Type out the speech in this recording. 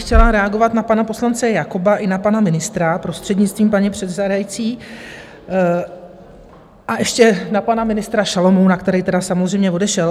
Chtěla bych reagovat na pana poslance Jakoba i na pana ministra, prostřednictvím paní předsedající, a ještě na pana ministra Šalomouna, který samozřejmě odešel.